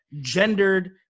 gendered